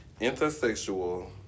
intersexual